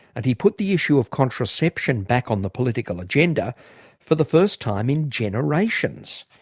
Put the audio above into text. and he put the issue of contraception back on the political agenda for the first time in generations.